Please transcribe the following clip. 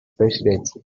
presidency